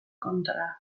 kontra